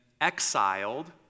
exiled